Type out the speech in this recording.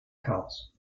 chaos